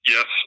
Yes